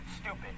stupid